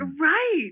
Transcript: Right